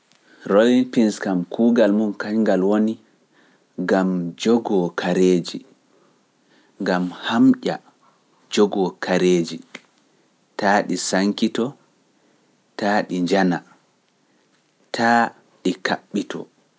Rolin Pins kam kuugal mum kanngal woni, gam jogoo kareeji, gam hamƴa jogoo kareeji, taa ɗi sankitoo, taa ɗi njana, taa ɗi kaɓitoo.